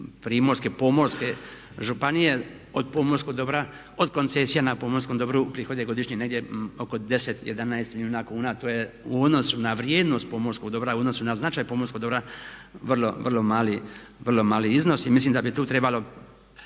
primorske, pomorske županije od pomorskog dobra, od koncesija na pomorskom dobru uprihode godišnje negdje oko 10, 11 milijuna kuna. To je u odnosu na vrijednost pomorskog dobra, u odnosu na značaj pomorskog dobra vrlo mali iznos i mislim da bi tu trebalo,